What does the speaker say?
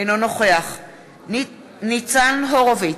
אינו נוכח ניצן הורוביץ,